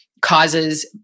causes